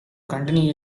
continue